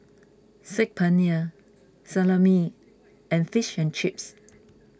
Saag Paneer Salami and Fish and Chips